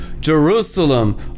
jerusalem